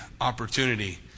opportunity